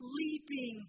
leaping